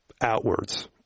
outwards